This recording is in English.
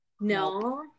No